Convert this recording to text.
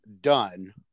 done